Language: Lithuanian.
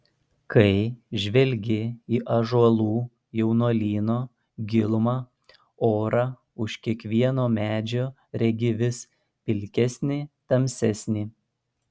kai žvelgi į ąžuolų jaunuolyno gilumą orą už kiekvieno medžio regi vis pilkesnį tamsesnį